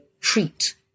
treat